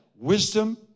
Wisdom